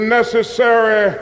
necessary